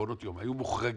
מעונות יום היו מוחרגים